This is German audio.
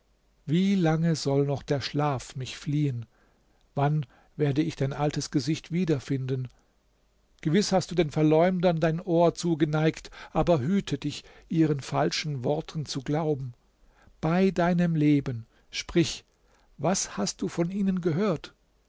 wie lange soll noch der schlaf mich fliehen wann werde ich dein altes gesicht wiederfinden gewiß hast du den verleumdern dein ohr zugeneigt aber hüte dich ihren falschen worten zu glauben bei deinem leben sprich was hast du von ihnen gehört